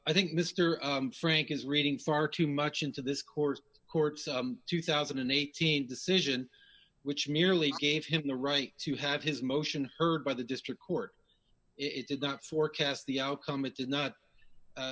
i think mr frank is reading far too much into this court's court's two thousand and eighteen decision which merely gave him the right to have his motion heard by the district court it did not forecast d the outcome it did not